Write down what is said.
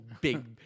Big